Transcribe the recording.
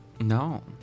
No